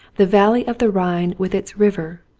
the valley of the rhine with its river,